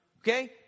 Okay